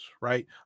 Right